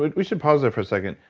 we should pause there for a second.